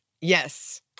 Yes